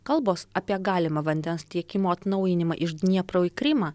kalbos apie galimą vandens tiekimo atnaujinimą iš dniepro į krymą